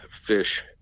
fish